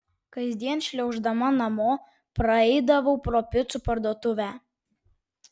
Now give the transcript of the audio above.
kasdien šliauždama namo praeidavau pro picų parduotuvę